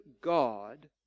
god